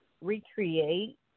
recreate